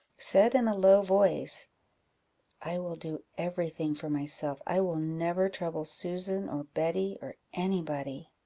said in a low voice i will do every thing for myself i will never trouble susan, or betty, or any body.